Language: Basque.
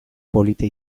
polita